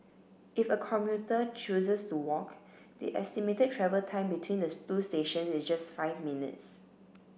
if a commuter chooses to walk the estimated travel time between the two stations is just five minutes